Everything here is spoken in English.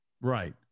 right